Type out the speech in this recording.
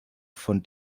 von